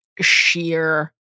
sheer